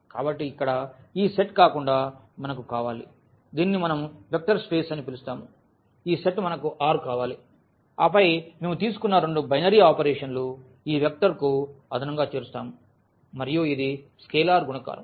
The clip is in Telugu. కాబట్టి ఇక్కడ ఈ సెట్ కాకుండా మనకు కావాలి దీనిని మనం వెక్టర్ స్పేస్ అని పిలుస్తాము ఈ సెట్ మనకు R కావాలి ఆపై మేము తీసుకున్న రెండు బైనరీ ఆపరేషన్లు ఈ వెక్టర్కు అదనంగా చేరుస్తాము మరియు ఇది స్కేలార్ గుణకారం